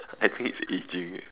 I think it's aging eh